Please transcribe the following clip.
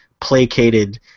placated